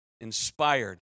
inspired